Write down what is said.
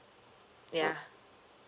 ya